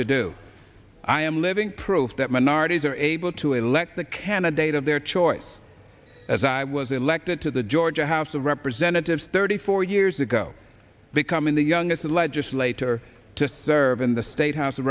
to do i am living proof that minorities are able to elect the candidate of their choice as i was elected to the georgia house of representatives thirty four years ago becoming the youngest legislator to serve in the state house of